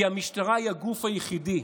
כי המשטרה היא הגוף היחיד,